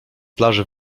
plaży